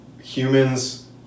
humans